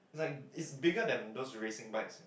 it's like it's bigger than those racing bikes man